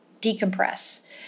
decompress